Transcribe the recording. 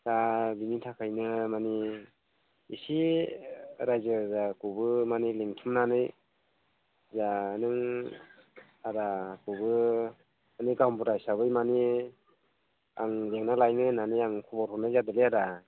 दा बिनि थाखायनो माने एसे रायजो राजाखौबो माने लिंथुमनानै दा नों आदाखौबो माने गावबुरा हिसाबै माने आं लिंना लायनो होननानै खबर हरनाय जादोंलै आदा